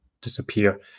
disappear